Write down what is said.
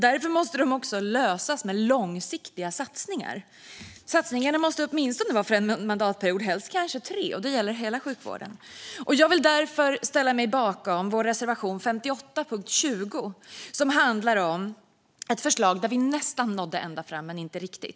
Därför måste de också lösas med långsiktiga satsningar. Satsningarna måste åtminstone räcka över en mandatperiod, helst tre - och det gäller hela sjukvården. Jag yrkar därför bifall reservation 58 under punkt 20, som gäller ett förslag där vi nästan nådde ända fram, men inte riktigt.